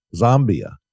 Zambia